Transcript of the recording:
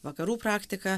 vakarų praktiką